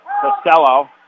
Costello